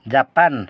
Japan